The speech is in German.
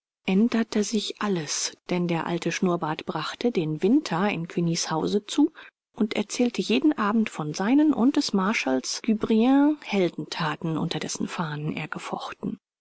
änderte sich alles denn der alte schnurrbart brachte den winter in cugnys hause zu und erzählte jeden abend von seinen und des marschalls guebriant heldenthaten unter dessen fahnen er gefochten